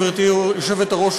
גברתי היושבת-ראש,